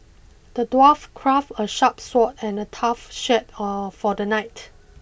the dwarf crafted a sharp sword and a tough shield for the knight